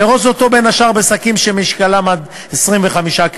לארוז אותו בין השאר בשקים שמשקלם עד 25 ק"ג.